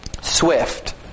swift